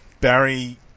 Barry